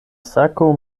sako